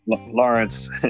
Lawrence